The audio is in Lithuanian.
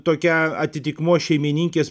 tokia atitikmuo šeimininkės